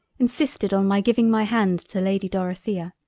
insisted on my giving my hand to lady dorothea.